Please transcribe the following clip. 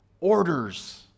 orders